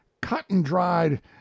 cut-and-dried